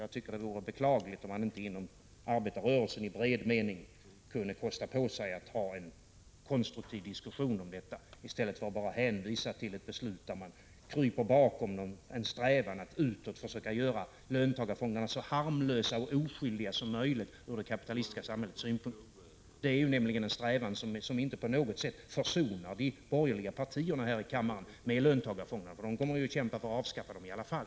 Jag tycker att det vore beklagligt om man inte inom arbetarrörelsen i bred mening kunde kosta på sig att ha en 7 Prot. 1985/86:158 konstruktiv diskussion om detta i stället för att bara hänvisa till ett beslut där man kryper bakom en strävan att utåt försöka göra löntagarfonderna så harmlösa och oskyldiga som möjligt ur det kapitalistiska samhällets synpunkt. Detta är nämligen en strävan som inte på något sätt försonar de borgerliga partierna här i kammaren med löntagarfonderna. De kommer under alla förhållanden att kämpa för dessas avskaffande.